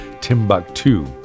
Timbuktu